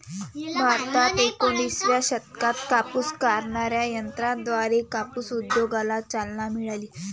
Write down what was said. भारतात एकोणिसाव्या शतकात कापूस कातणाऱ्या यंत्राद्वारे कापूस उद्योगाला चालना मिळाली